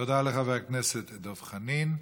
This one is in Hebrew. תודה לחבר הכנסת דב חנין.